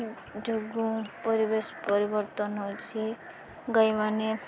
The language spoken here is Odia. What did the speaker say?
ଯୋଗୁଁ ପରିବେଶ ପରିବର୍ତ୍ତନ ହେଉଛି ଗାଈମାନେ